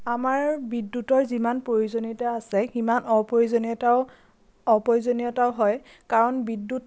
আমাৰ বিদ্যুতৰ যিমান প্ৰয়োজনীয়তা আছে সিমান অপ্ৰয়োজনীয়তাও অপ্ৰয়োজনীয়তাও হয় কাৰণ বিদ্যুত